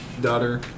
Daughter